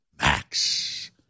Max